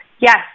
Yes